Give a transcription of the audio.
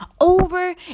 over